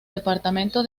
departamento